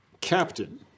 Captain